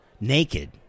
Naked